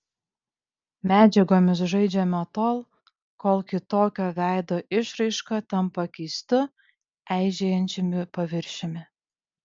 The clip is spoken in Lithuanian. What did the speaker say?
medžiagomis žaidžiama tol kol kitokio veido išraiška tampa keistu eižėjančiu paviršiumi